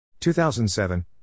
2007